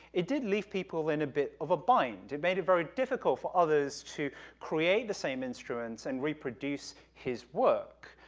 it did leave people in a bit of a bind, it made it very difficult for others to create the same instruments and reproduce his work,